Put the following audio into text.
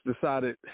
decided